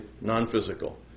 non-physical